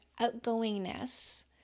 outgoingness